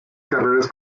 carreras